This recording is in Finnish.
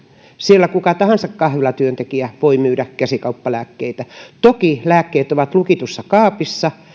siellä kuka tahansa kahvilatyöntekijä voi myydä käsikauppalääkkeitä toki lääkkeet ovat lukitussa kaapissa